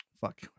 fuck